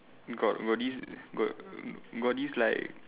got got this got got this like